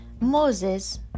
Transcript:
Moses